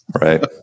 Right